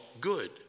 good